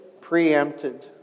preempted